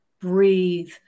breathe